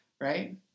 right